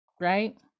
right